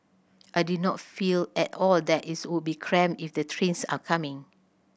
I did not feel at all that it's would be cramped if the trains are coming